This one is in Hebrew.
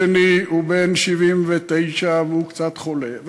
השני הוא בן 79 והוא קצת חולה,